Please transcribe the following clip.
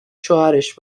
شوهرش